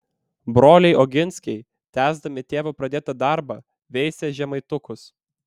broliai oginskiai tęsdami tėvo pradėtą darbą veisė žemaitukus